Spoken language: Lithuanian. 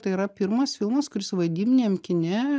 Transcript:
tai yra pirmas filmas kuris vaidybiniam kine